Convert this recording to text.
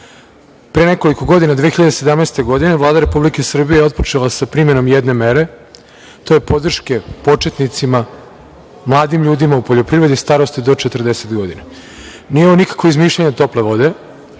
Pre nekoliko godina, 2017. godine Vlada Republike Srbije je otpočela sa primenom jedne mere, a to je podrška početnicima, mladim ljudima u poljoprivredi, starosti do 40 godina. Nije ovo nikakvo izmišljanje tople vode,